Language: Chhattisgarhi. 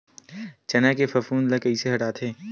चना के फफूंद ल कइसे हटाथे?